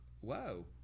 whoa